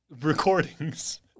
recordings